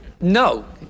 no